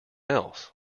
else